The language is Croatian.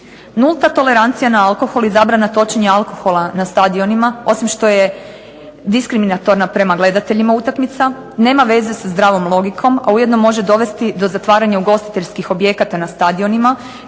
Nulta tolerancija na alkohol i zabrana točenja alkohola na stadionima, osim što je diskriminatorna prema gledateljima utakmica, nema veze sa zdravom logikom, a ujedno može dovesti do zatvaranja ugostiteljskih objekata na stadionima,